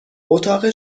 اتاق